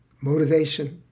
motivation